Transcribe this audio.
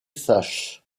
sachs